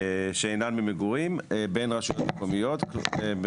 שאינן למגורים בין רשויות מקומיות,